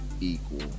equal